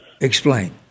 Explain